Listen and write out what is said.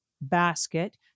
basket